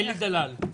אלי דלל.